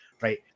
right